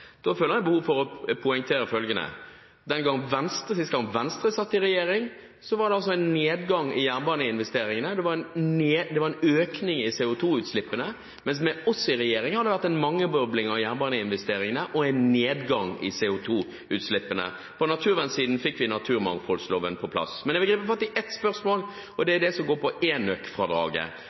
føler jeg behov for å poengtere følgende: Den gang Venstre satt i regjering, var det en nedgang i jernbaneinvesteringene, det var en økning i CO2-utslippene, mens med oss i regjering har det vært en mangedobling av jernbaneinvesteringene og en nedgang i CO2-utslippene – og på naturvernsiden fikk vi naturmangfoldloven på plass. Men jeg vil gripe fatt i ett spørsmål. Det er det som går på enøkfradraget. Der har Venstre fått gjennomslag for at det skal komme en